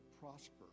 prosper